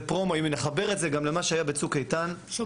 זה פרומו, ואם נחבר את זה למה שהיה בשומר חומות,